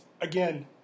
again